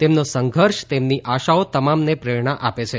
તેમનો સંઘર્ષ તેમની આશાઓ તમામને પ્રેરણા આપે છે